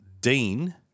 Dean